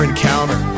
encounter